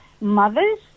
mothers